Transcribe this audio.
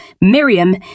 Miriam